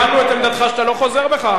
אבל קיבלנו את עמדתך שאתה לא חוזר בך,